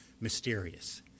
mysterious